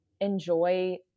enjoy